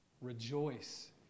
Rejoice